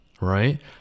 right